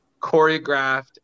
choreographed